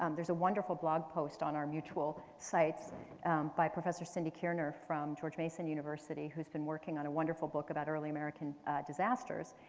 um there's a wonderful blog post on our mutual sites by professor cynthia kierner from george mason university who's been working on a wonderful book about early american disasters.